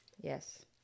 yes